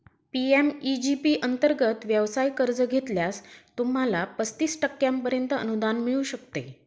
PMEG P अंतर्गत व्यवसाय कर्ज घेतल्यास, तुम्हाला पस्तीस टक्क्यांपर्यंत अनुदान मिळू शकते